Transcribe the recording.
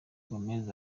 gomez